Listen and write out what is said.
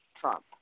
Trump